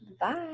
Bye